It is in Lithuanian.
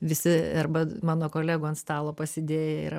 visi arba mano kolegų ant stalo pasidėję yra